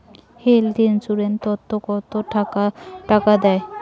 Health insurance ওত কত টাকা দেয়?